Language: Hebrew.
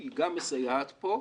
שהיא גם מסייעת כאן,